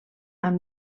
amb